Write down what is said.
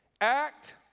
act